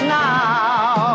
now